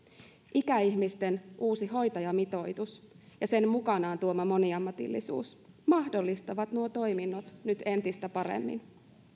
ikäihmisten uusi hoitajamitoitus ja sen mukanaan tuoma moniammatillisuus mahdollistavat nuo toiminnot nyt entistä paremmin